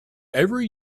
every